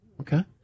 Okay